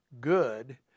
Good